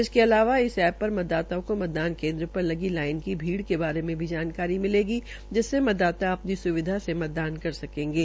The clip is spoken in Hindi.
इसके अतिरिक्त इस ऐप पर मतदाताओं को मतदान केन्द्र पर लगी लाइन की भीड़ के बारे में जानकारी भी मिलेगी जिससे मतदाता अपनी स्विधान्सार मतदान कर सकेंगे